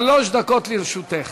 שלוש דקות לרשותך.